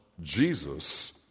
Jesus